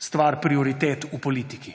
stvar prioritet v politiki.